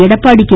Edappadi K